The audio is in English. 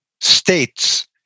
states